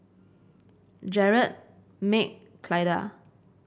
Jared Meg Clyda